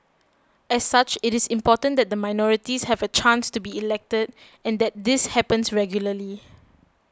as such it is important that the minorities have a chance to be elected and that this happens regularly